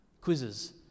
quizzes